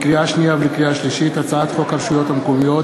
לקריאה שנייה ולקריאה שלישית: הצעת חוק הרשויות המקומיות